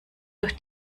durch